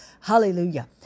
Hallelujah